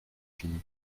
fini